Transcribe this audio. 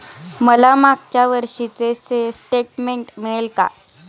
मला मागच्या वर्षीचे स्टेटमेंट मिळेल का?